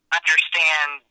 understand